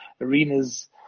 arenas